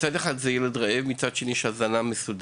מצד אחד זה ילד שחי ברעב ומצד שני יש לו הזנה מסודרת.